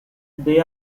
they